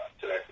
today